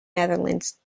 netherlands